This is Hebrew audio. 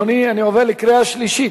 אדוני, אני עובר לקריאה שלישית.